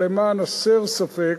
אבל למען הסר ספק,